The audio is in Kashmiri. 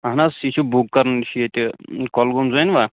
اَہن حظ یہِ چھُ بُک کَرُن یہِ چھُ ییٚتہِ کۄلگوم زٲنوا